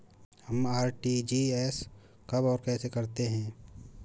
हम आर.टी.जी.एस कब और कैसे करते हैं?